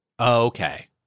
okay